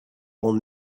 will